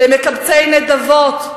למקבצי נדבות,